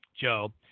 Joe